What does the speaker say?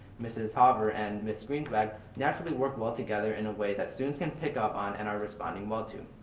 mrs. hover and miss greenswag, naturally work well together in a way that students can pick up on and are responding well to.